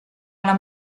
alla